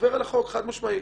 חד משמעית.